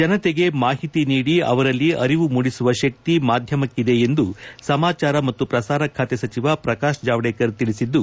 ಜನಶೆಗೆ ಮಾಹಿತಿ ನೀಡಿ ಅವರಲ್ಲಿ ಅರಿವು ಮೂಡಿಸುವ ಶಕ್ತಿ ಮಾಧ್ಯಮಕ್ಕಿದೆ ಎಂದು ಸಮಾಜಾರ ಮತ್ತು ಪ್ರಸಾರ ಖಾತೆ ಸಚಿವ ಪ್ರಕಾಶ್ ಜಾವಡೇಕರ್ ತಿಳಿಸಿದ್ದು